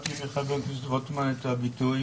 שמעתי מחבר הכנסת רוטמן את הביטוי